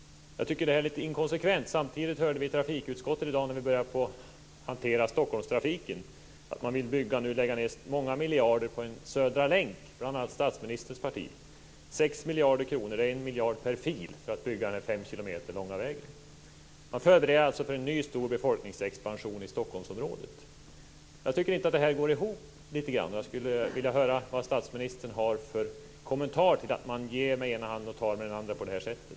Jag tycker att det här är litet inkonsekvent. Samtidigt hörde vi i trafikutskottet i dag, när vi började hantera Stockholmstrafiken, att bl.a. statsministerns parti vill lägga ned många miljarder på en södra länk. 6 miljarder kronor, 1 miljard per fil, kostar det att bygga den 5 km långa vägen. Man förbereder alltså för en ny stor befolkningsexpansion i Stockholmsområdet. Jag tycker inte att det här går ihop. Jag skulle vilja höra vad statsministern har för kommentar till att man ger med ena handen och tar med den andra på det här sättet.